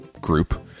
group